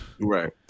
right